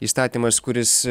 įstatymas kuris